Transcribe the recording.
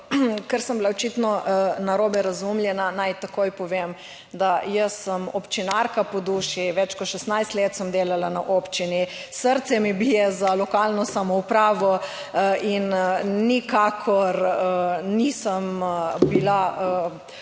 Ker sem bila očitno narobe razumljena, naj takoj povem, da jaz sem občinarka po duši, več kot 16 let sem delala na občini, srce mi bije za lokalno samoupravo in nikakor nisem bila